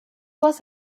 was